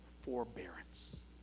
forbearance